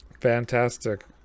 Fantastic